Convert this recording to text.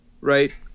right